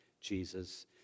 Jesus